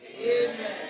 Amen